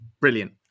Brilliant